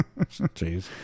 Jeez